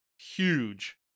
huge